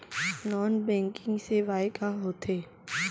Non banking सेवाएं का होथे?